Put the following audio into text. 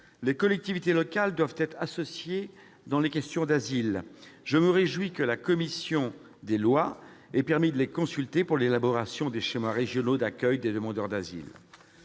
les collectivités locales doivent être associées au traitement des questions relatives à l'asile : je me réjouis que la commission des lois ait prévu de les consulter pour l'élaboration des schémas régionaux d'accueil des demandeurs d'asile.